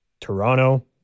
Toronto